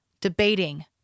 debating